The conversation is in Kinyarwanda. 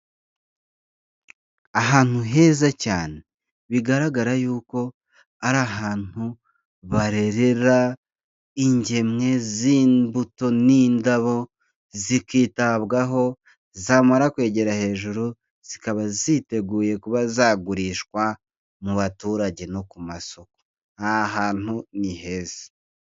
Ahantu heza cyane, bigaragara yuko ari ahantu barerera ingemwe z'imbuto n'indabo zikitabwaho zamara kwegera hejuru, zikaba ziteguye kuba zagurishwa mu baturage no ku masoko aha hantu niheza.